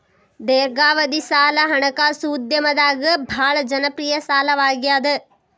ದೇರ್ಘಾವಧಿ ಸಾಲ ಹಣಕಾಸು ಉದ್ಯಮದಾಗ ಭಾಳ್ ಜನಪ್ರಿಯ ಸಾಲವಾಗ್ಯಾದ